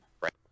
right